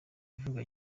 ivuga